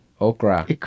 Okra